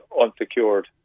unsecured